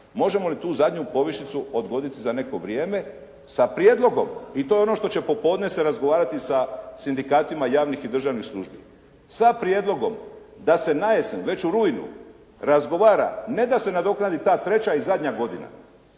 možemo li tu zadnju povišicu odgoditi za neko vrijeme sa prijedlogom, i to je ono što će popodne se razgovarati sa sindikatima javnih i državnih službi, sa prijedlogom da se na jesen, već u rujnu razgovara, ne da se nadoknadi ta treća i zadnja godina